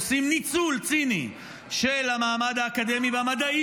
עושים ניצול ציני של המעמד האקדמי והמדעי